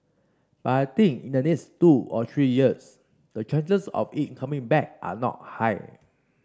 but I think in the next two or three years the chances of it coming back are not high